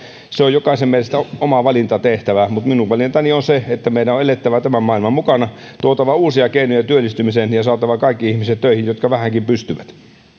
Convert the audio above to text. jokaisen meistä on oma valinta tehtävä mutta minun valintani on se että meidän on elettävä tämän maailman mukana tuotava uusia keinoja työllistymiseen ja saatava töihin kaikki ihmiset jotka vähänkin pystyvät